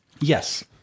Yes